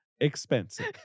Expensive